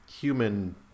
human